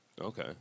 Okay